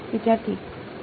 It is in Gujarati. વિદ્યાર્થી 2